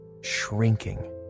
shrinking